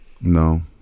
No